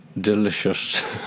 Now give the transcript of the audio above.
delicious